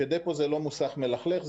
ש-דפו הוא לא מוסך מלכלכך,